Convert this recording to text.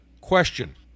Question